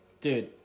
Dude